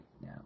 now